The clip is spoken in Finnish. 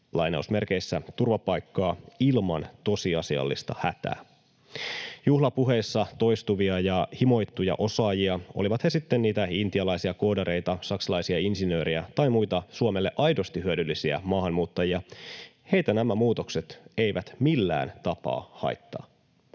hakemaan ”turvapaikkaa” ilman tosiasiallista hätää. Juhlapuheissa toistuvia ja himoittuja osaajia, olivat he sitten niitä intialaisia koodareita, saksalaisia insinöörejä tai muita Suomelle aidosti hyödyllisiä maahanmuuttajia, nämä muutokset eivät millään tapaa haittaa.